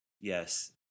yes